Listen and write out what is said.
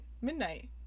midnight